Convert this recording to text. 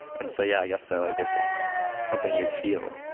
and so yeah, i guess so. like it's just something you feel.